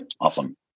awesome